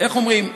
איך אומרים,